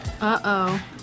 Uh-oh